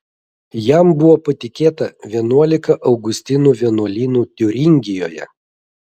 jam buvo patikėta vienuolika augustinų vienuolynų tiuringijoje